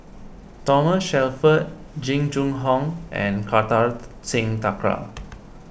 Thomas Shelford Jing Jun Hong and Kartar Singh Thakral